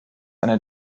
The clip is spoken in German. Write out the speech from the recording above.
eine